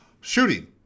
shooting